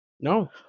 No